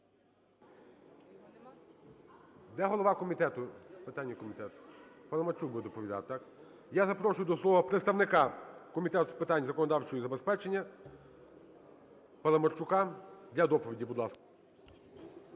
комітету? Питання комітету. Паламарчук буде доповідати, так? Я запрошую до слова представника Комітету з питань законодавчого забезпечення Паламарчука для доповіді. Будь ласка.